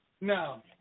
No